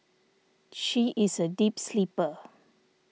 she is a deep sleeper